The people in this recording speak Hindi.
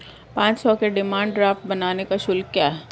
पाँच सौ के डिमांड ड्राफ्ट बनाने का शुल्क क्या है?